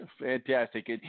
Fantastic